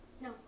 No